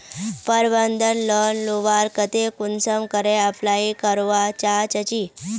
प्रबंधन लोन लुबार केते कुंसम करे अप्लाई करवा चाँ चची?